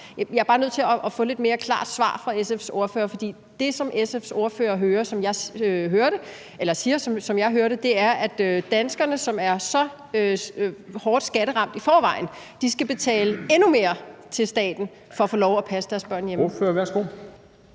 Jeg er bare nødt til at få et lidt mere klart svar fra SF's ordfører, for det, som SF's ordfører siger, som jeg hører det, er, at danskerne, som er så hårdt ramt af skatter i forvejen, skal betale endnu mere til staten for at få lov at passe deres børn hjemme. Kl.